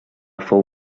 fou